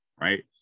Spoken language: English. right